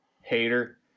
Hater